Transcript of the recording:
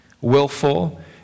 willful